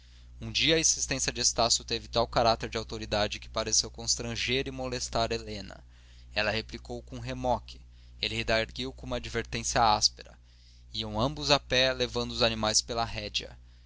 um dia a insistência de estácio teve tal caráter de autoridade que pareceu constranger e molestar helena ela replicou com um remoque ele redargüiu com uma advertência áspera iam ambos a pé levando os animais pela rédea